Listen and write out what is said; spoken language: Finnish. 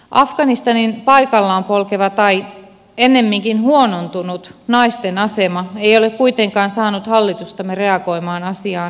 afganistanin paikallaan polkeva tai ennemminkin huonontunut naisten asema ei ole kuitenkaan saanut hallitustamme reagoimaan asiaan mitenkään